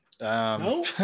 no